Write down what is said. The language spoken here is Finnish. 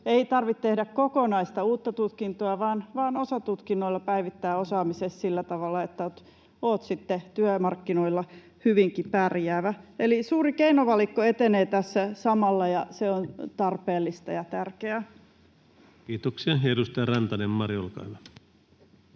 Ei tarvitse tehdä kokonaista uutta tutkintoa, vaan voit osatutkinnoilla päivittää osaamisesi sillä tavalla, että olet sitten työmarkkinoilla hyvinkin pärjäävä. Eli suuri keinovalikko etenee tässä samalla, ja se on tarpeellista ja tärkeää. [Speech 141] Speaker: Ensimmäinen